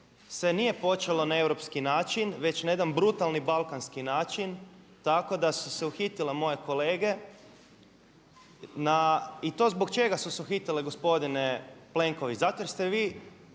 se nije počelo na europski način već na jedan brutalni balkanski način tako da su se uhitile moje kolege. I to zbog čega su se uhitile gospodine Plenković? Zato jer ste vi